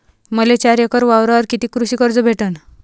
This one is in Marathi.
मले चार एकर वावरावर कितीक कृषी कर्ज भेटन?